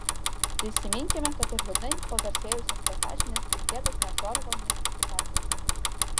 prisiminkime kad ir liūdnai pagarsėjusias be sąžinės ir gėdos nevzorovo mistifikacijas